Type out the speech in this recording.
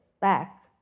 back